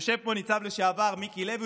יושב פה ניצב לשעבר מיקי לוי,